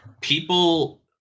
people